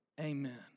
Amen